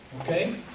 Okay